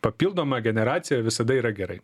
papildoma generacija visada yra gerai